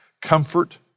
comfort